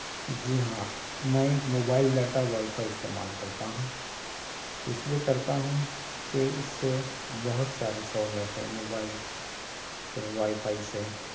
جی ہاں میں mobile data wifi استعمال کرتا ہوں اس لیے کرتا ہوں کہ اس سے بہت سارے سہولت ہے موبائل سے وائی فائی سے